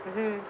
mmhmm